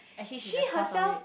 actually she's the cause of it